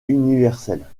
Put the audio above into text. universelle